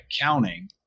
accounting